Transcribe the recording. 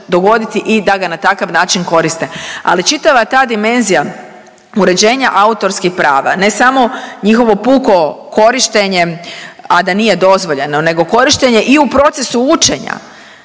dogoditi i da ga na takav način koriste, ali čitava ta dimenzija uređenja autorskih prava, ne samo njihovo puko korištenje a da nije dozvoljeno nego korištenje i u procesu učenja,